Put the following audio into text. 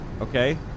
okay